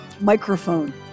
microphone